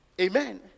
Amen